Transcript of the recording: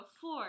four